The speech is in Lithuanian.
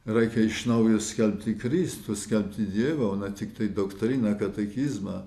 reikia iš naujo skelbti kristų skelbti dievo o ne tiktai doktriną katekizmą